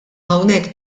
hawnhekk